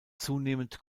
zunehmend